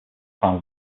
final